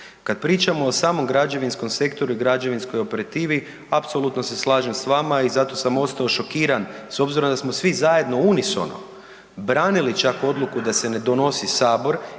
Kad pričamo o samom građevinskom sektoru i građevinskoj operativi, apsolutno se slažem s vama i zato sam ostao šokiran s obzirom da smo svi zajedno unisono branili čak odluku da se ne donosi Sabor